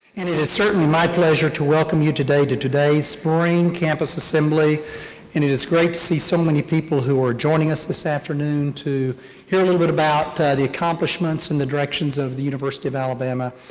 and it is certainly my pleasure to welcome you today to today's spring campus assembly. and it is great to see so many people who are joining us this afternoon to hear a little bit about the accomplishments and the directions of the university of alabama,